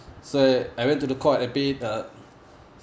so I went to the court I pay uh